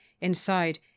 Inside